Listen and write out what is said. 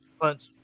punch